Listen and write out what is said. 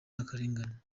n’akarengane